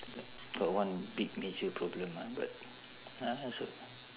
got one big major problem ah but ah it's